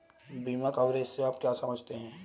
बीमा कवरेज से आप क्या समझते हैं?